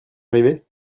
arrivé